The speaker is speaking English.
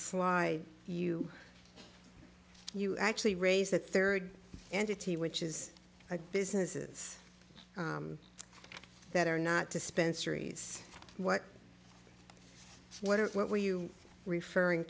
sly you you actually raise a third entity which is a businesses that are not dispensary what what it what were you referring